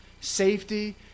safety